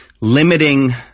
limiting